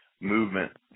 movement